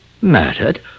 Murdered